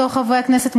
בתור חברי הכנסת,